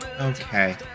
Okay